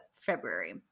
February